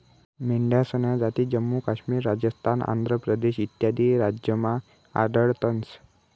मेंढ्यासन्या जाती जम्मू काश्मीर, राजस्थान, आंध्र प्रदेश इत्यादी राज्यमा आढयतंस